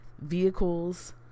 vehicles